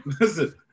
listen